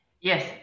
Yes